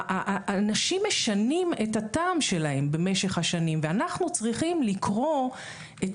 אנשים משנים את הטעם שלהם במשך השנים ואנחנו צריכים לקרוא את